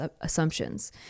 assumptions